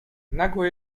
nagłe